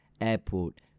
airport